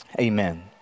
amen